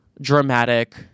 dramatic